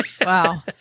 Wow